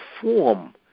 form